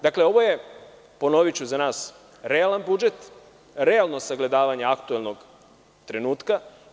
Dakle, ponoviću ovo je za nas realan budžet, realno sagledavanje aktuelnog trenutka.